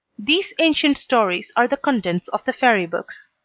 these ancient stories are the contents of the fairy books.